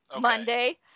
Monday